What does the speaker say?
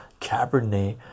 Cabernet